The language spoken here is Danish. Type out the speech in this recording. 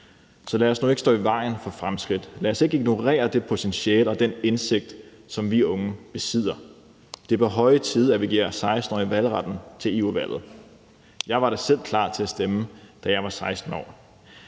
Så lad os nu ikke stå i vejen for fremskridt. Lad os ikke ignorere det potentiale og den indsigt, som de unge besidder. Det er på høje tid, at vi giver 16-årige valgret til EU-valget. Jeg var da selv klar til at stemme, da jeg var 16 år.